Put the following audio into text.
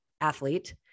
athlete